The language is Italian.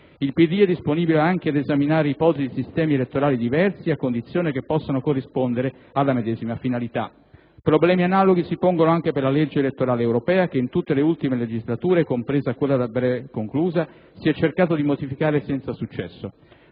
«Il PD è disponibile anche ad esaminare ipotesi di sistemi elettorali diversi, a condizione che possano corrispondere alla medesima finalità». Problemi analoghi si pongono anche per la legge elettorale europea che in tutte le ultime legislature, compresa quella breve da poco conclusa, si è cercato di modificare senza successo: